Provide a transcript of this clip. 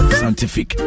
scientific